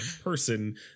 person